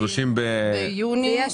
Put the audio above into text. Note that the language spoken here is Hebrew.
30 ביוני.